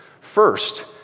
first